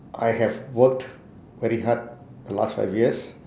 I have worked very hard the last five years